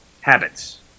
habits